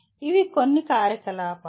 ఇవి కొన్ని కార్యకలాపాలు